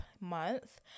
month